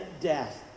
death